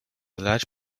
large